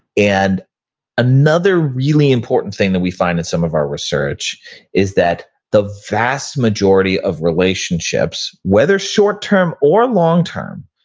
and another really important thing that we find that some of our research is that the vast majority of relationships, whether short term or long term,